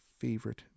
favorite